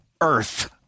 earth